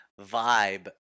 vibe